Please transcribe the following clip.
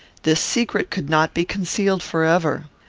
this secret could not be concealed forever.